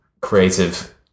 creative